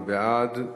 מי בעד?